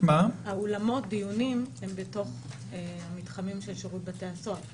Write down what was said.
אולמות הדיונים הם בתוך מתחמים של שירות בתי הסוהר.